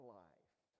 life